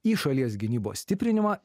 į šalies gynybos stiprinimą